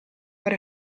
per